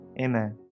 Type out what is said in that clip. amen